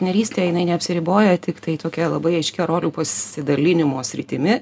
narystė jinai neapsiriboja tiktai tokia labai aiškia rolių pasidalinimo sritimi